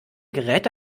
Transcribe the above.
geräte